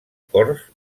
corts